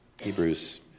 Hebrews